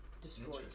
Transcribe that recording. destroyed